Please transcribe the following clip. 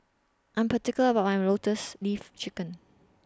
I Am particular about My Lotus Leaf Chicken